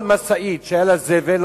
כל משאית שהיה לה זבל,